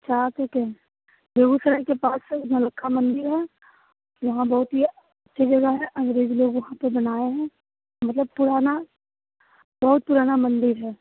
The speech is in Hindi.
अच्छा आ चुके हैं बेगूसराय के पास ही नौलक्खा मन्दिर है वहाँ बहुत ही अच्छी जगह है अंग्रेज लोग वहाँ पर बनाए हैं मतलब पुराना बहुत पुराना मन्दिर है